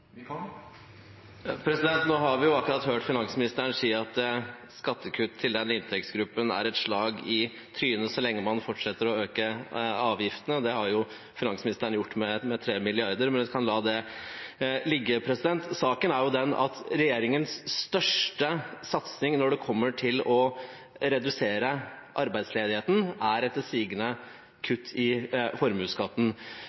Nå har vi akkurat hørt finansministeren si at skattekutt til den inntektsgruppen er et slag i trynet så lenge man fortsetter å øke avgiftene. Det har jo finansministeren gjort med 3 mrd. kr, men jeg kan la det ligge. Saken er den at regjeringens største satsing når det kommer til å redusere arbeidsledigheten, er,